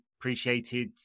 appreciated